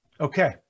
Okay